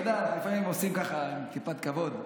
לפעמים עושים טיפת כבוד.